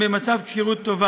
במצב כשירות טוב,